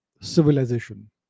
civilization